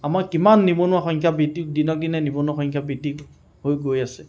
আমাৰ কিমান নিবনুৱা সংখ্যা দিনক দিনে নিবনুৱা সংখ্যা বৃদ্ধি হৈ গৈ আছে